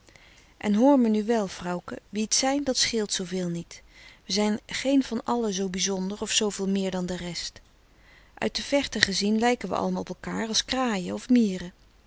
en hoor me nu wel vrouwke wie t zijn dat scheelt zooveel niet we zijn geen van alle zoo bizonder of zooveel meer dan de rest uit de verte gezien lijken we allemaal op elkaar als kraaien of mieren